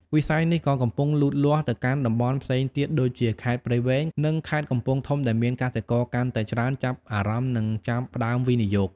វិស័យនេះក៏កំពុងលូតលាស់ទៅកាន់តំបន់ផ្សេងទៀតដូចជា ខេត្តព្រៃវែង និងខេត្តកំពង់ធំ ដែលមានកសិករកាន់តែច្រើនចាប់អារម្មណ៍និងចាប់ផ្តើមវិនិយោគ។